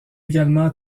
également